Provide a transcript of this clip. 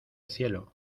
cielo